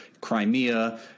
Crimea